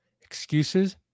Excuses